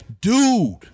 Dude